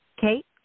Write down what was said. Kate